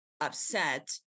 upset